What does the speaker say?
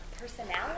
personality